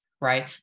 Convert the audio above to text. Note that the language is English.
right